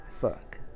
Fuck